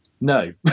No